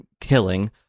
killing